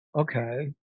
Okay